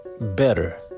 better